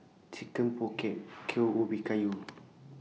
Chicken Pocket Kueh Ubi Kayu